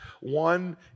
one